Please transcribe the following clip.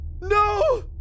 No